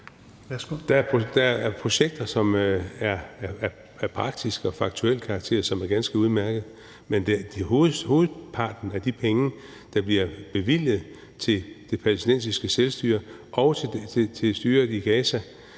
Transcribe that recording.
Der er projekter, som af praktisk og faktuel karakter er ganske udmærkede. Men hovedparten af de penge, der bliver bevilget til det palæstinensiske selvstyre og til styret i Gaza,